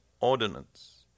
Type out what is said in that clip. ordinance